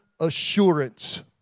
assurance